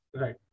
Right